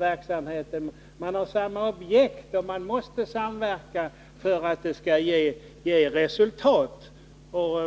Verksamheten har samma objekt, och man måste samverka för att det skall ge resultat.